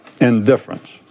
indifference